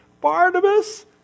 Barnabas